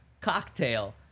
cocktail